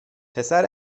پسر